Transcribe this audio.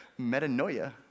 Metanoia